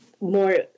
more